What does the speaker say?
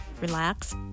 relax